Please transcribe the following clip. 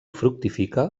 fructifica